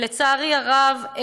ולצערי הרב,